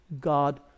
God